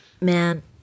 Man